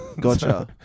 Gotcha